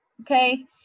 okay